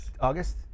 August